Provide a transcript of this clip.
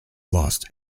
lost